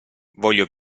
voglio